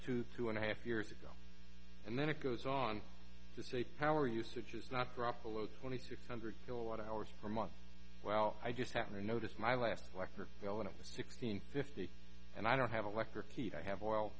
to two and a half years ago and then it goes on to say power usage is not dropped below twenty six hundred kilowatt hours per month well i just happen to notice my last electric bill one of the sixteen fifty and i don't have electric heat i have oil